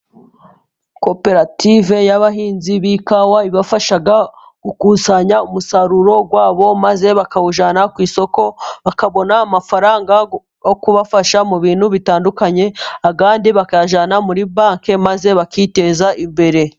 Koperative y'abahinzi b'ikawa, ibafasha gukusanya umusaruro wabo maze bakawujyana ku isoko, bakabona amafaranga yo kubafasha mu bintu bitandukanye, ayandi bakayajyana muri banki maze bakiteza imbere.